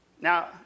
Now